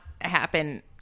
happen